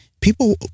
people